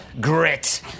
grit